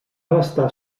restar